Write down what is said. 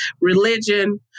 religion